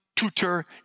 Tutor